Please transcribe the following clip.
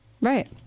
Right